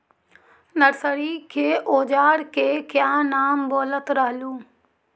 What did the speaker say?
Nursery के ओजार के क्या नाम बोलत रहलू?